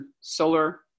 solar